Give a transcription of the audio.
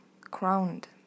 crowned